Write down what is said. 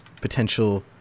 potential